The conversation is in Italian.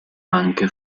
anche